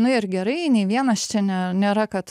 na ir gerai nei vienas čia ne nėra kad